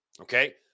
Okay